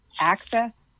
access